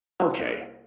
Okay